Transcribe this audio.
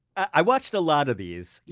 i watched a lot of these.